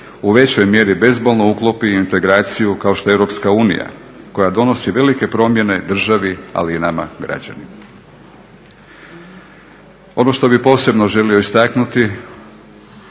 u većoj mjeri bezbolno uklopi u integraciju kao što je Europska unija koja donosi velike promjene državi, ali i nama građanima. Ono što bih posebno želio istaknuti